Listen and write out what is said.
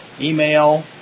email